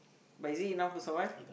but is it enough to survive